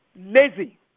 lazy